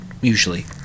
usually